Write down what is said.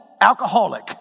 alcoholic